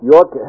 York